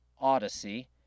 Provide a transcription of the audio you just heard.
Odyssey